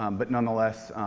um but nonetheless,